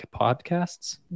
podcasts